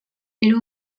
era